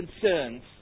concerns